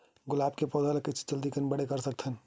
गुलाब के पौधा ल कइसे जल्दी से बड़े कर सकथन?